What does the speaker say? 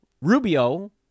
Rubio